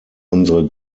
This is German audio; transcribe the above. unsere